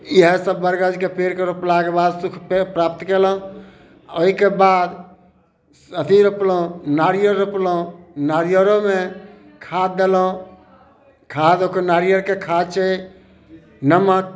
इएहे सभ बड़गदके पेड़के रोपलाके बाद सुख प्राप्त कयलहुँ ओइके बाद अथी रोपलहुँ नारियर रोपलहुँ नारियरोमे खाद देलहुँ खाद नारियरके खाद छै नमक